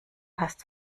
passt